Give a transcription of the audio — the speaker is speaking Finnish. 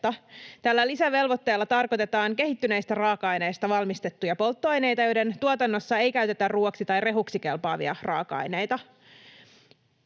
Tällä lisävelvoitteella tarkoitetaan kehittyneistä raaka-aineista valmistettuja polttoaineita, joiden tuotannossa ei käytetä ruuaksi tai rehuksi kelpaavia raaka-aineita.